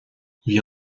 bhí